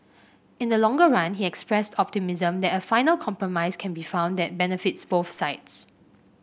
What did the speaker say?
in the longer run he expressed optimism that a final compromise can be found that benefits both sides